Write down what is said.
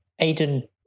Aiden